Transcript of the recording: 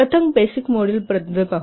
प्रथम basic model बद्दल पाहू